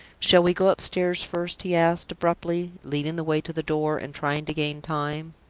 shall we go upstairs first? he asked, abruptly, leading the way to the door, and trying to gain time.